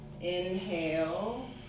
Inhale